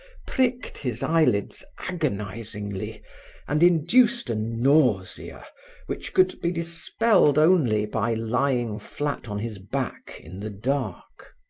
pricked his eyelids agonizingly and induced a nausea which could be dispelled only by lying flat on his back in the dark.